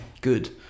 good